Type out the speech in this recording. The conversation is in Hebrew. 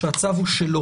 שהצו הוא שלו